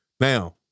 Now